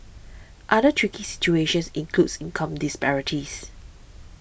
other tricky situations includes income disparities